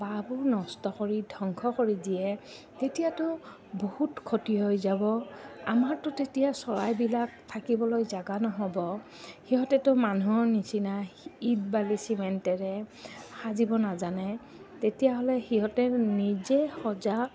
বাঁহবোৰ নষ্ট কৰি ধ্বংস কৰি দিয়ে তেতিয়াতো বহুত ক্ষতি হৈ যাব আমাৰতো তেতিয়া চৰাইবিলাক থাকিবলৈ জেগা নহ'ব সিহঁতেতো মানুহৰ নিচিনা ইটা বালি চিমেণ্টেৰে সাজিব নাজানে তেতিয়াহ'লে সিহঁতে নিজে সজা